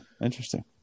interesting